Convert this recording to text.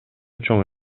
чоң